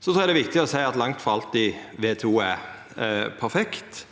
Så er det viktig å seia at WTO langt frå alltid er perfekt,